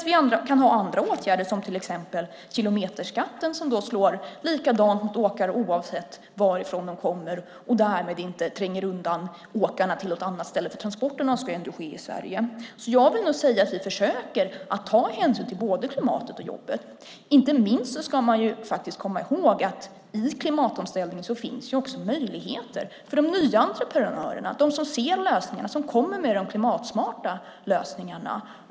Vi kan ha andra åtgärder, till exempel kilometerskatten, som slår likadant för åkare oavsett varifrån de kommer. Därmed tränger man inte undan åkarna till något annat ställe eftersom transporterna ändå ska ske i Sverige. Jag vill säga att vi försöker ta hänsyn till både klimatet och jobben. Inte minst ska man komma ihåg att det i fråga om klimatomställning också finns möjligheter för de nya entreprenörerna som ser lösningarna och som kommer med de klimatsmarta lösningarna.